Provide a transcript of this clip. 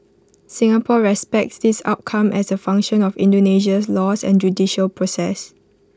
Singapore respects this outcome as A function of Indonesia's laws and judicial process